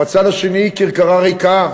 בצד השני כרכרה ריקה,